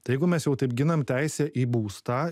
tai jeigu mes jau taip ginam teisę į būstą